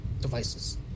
devices